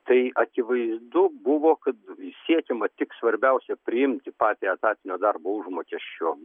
tai akivaizdu buvo kad siekiama tik svarbiausia priimti patį etatinio darbo užmokesčio